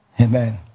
Amen